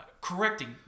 correcting